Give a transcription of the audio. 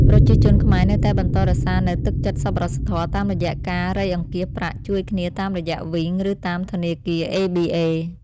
ប្រជាជនខ្មែរនៅតែបន្តរក្សានូវទឹកចិត្តសប្បុរសធម៌តាមរយៈការរៃអង្គាសប្រាក់ជួយគ្នាតាមរយៈវីង ឬតាមធនាគារអេប៊ីអេ។